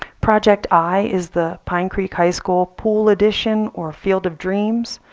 project i is the pine creek high school pool addition or field of dreams.